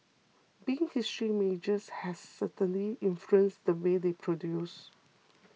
being history majors has definitely influenced the work they produce